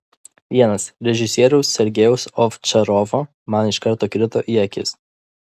vienas režisieriaus sergejaus ovčarovo man iš karto krito į akis